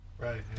Right